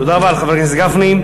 תודה רבה לחבר הכנסת גפני.